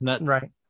Right